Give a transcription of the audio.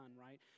right